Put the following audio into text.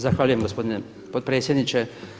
Zahvaljujem gospodine potpredsjedniče.